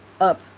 up